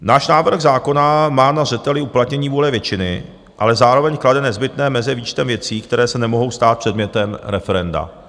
Náš návrh zákona má na zřeteli uplatnění vůle většiny, ale zároveň klade nezbytné meze výčtem věcí, které se nemohou stát předmětem referenda.